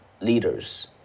leaders